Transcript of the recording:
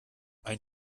ein